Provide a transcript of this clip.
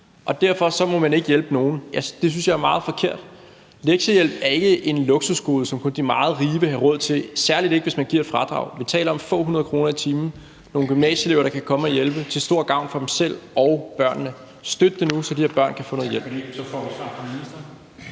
og derfor må man ikke hjælpe nogen. Det synes jeg er meget forkert. Lektiehjælp er ikke et luksusgode, som kun de meget rige vil have råd til, særlig ikke, hvis man giver et fradrag. Vi taler om få hundrede kroner i timen, nogle gymnasieelever, der kan komme og hjælpe til stor gavn for dem selv og børnene. Støt det nu, så de her børn kan få noget hjælp. Kl. 23:39 Formanden